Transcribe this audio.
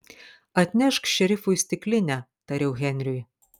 atnešk šerifui stiklinę tariau henriui